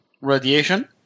radiation